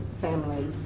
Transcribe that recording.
family